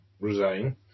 resign